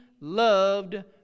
loved